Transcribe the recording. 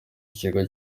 ikigo